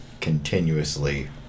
Continuously